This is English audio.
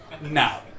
Now